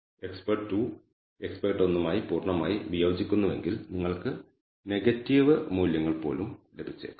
expert 2 expert 1 മായി പൂർണ്ണമായി വിയോജിക്കുന്നുവെങ്കിൽ നിങ്ങൾക്ക് നെഗറ്റീവ് മൂല്യങ്ങൾ പോലും ലഭിച്ചേക്കാം